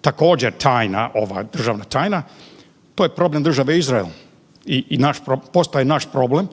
također tajna ovaj državna tajna to je problem države Izrael i naš, postaje naš problem,